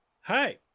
Hi